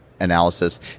analysis